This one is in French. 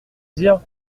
dires